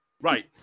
right